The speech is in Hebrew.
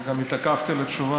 לכן גם התעכבתי על התשובה.